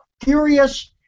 curious